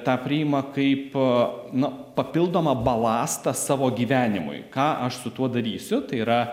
tą priima kaip na papildomą balastą savo gyvenimui ką aš su tuo darysiu tai yra